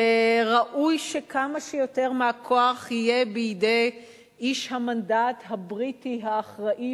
שראוי שכמה שיותר מהכוח יהיה בידי איש המנדט הבריטי האחראי,